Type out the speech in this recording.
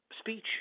speech